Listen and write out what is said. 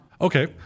Okay